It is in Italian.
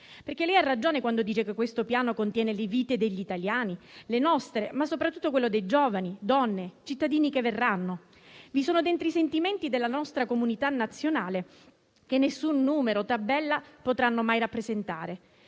Consiglio ha ragione quando dice che questo Piano contiene le vite degli italiani, le nostre ma soprattutto quelle dei giovani, delle donne, dei cittadini che verranno; vi sono dentro i sentimenti della nostra comunità nazionale, che nessun numero o tabella potranno mai rappresentare.